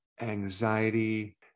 anxiety